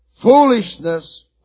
foolishness